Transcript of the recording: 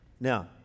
Now